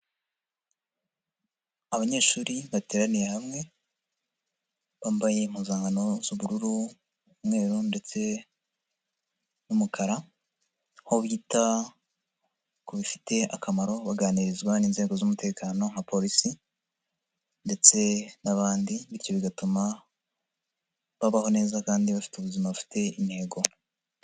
Abanyeshuri bateraniye hamwe bambaye impuzankano z'ubururu, umweru ndetse n'umukara aho bita kubibafitiye akamaro baganirizwa n'inzego z'umutekano nka Polisi ndetse n'abandi bityo bigatuma babaho neza kandi bafite ubuzima bufite intego.